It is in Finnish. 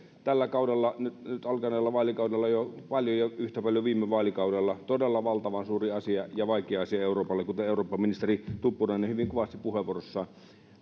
tällä kaudella nyt alkaneella vaalikaudella jo paljon ja yhtä paljon viime vaalikaudella todella valtavan suuri ja vaikea asia euroopalle kuten eurooppaministeri tuppurainen hyvin kuvasi puheenvuorossaan